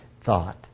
thought